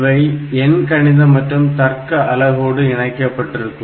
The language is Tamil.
இவை எண்கணித மற்றும் தர்க்க அலகோடு இணைக்கப்பட்டிருக்கும்